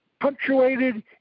Punctuated